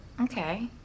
Okay